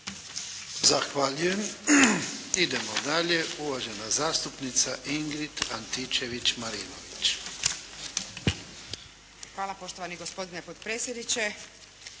Zahvaljujem. Idemo dalje. Uvažena zastupnica Ingrid Antičević-Marinović. **Antičević Marinović,